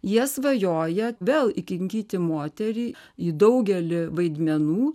jie svajoja vėl įkinkyti moterį į daugelį vaidmenų